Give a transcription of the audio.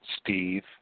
Steve